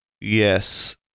yes